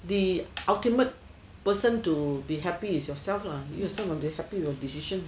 the ultimate person to be happy is yourself lah you some of the happy of your decision